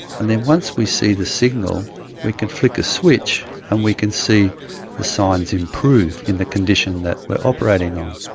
and then once we see the signal we can flick a switch and we can see the signs improve in the condition that we are operating on.